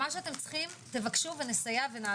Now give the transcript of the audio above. מה שאתם צריכים, תבקשו ונעזור.